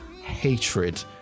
hatred